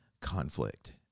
conflict